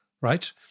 right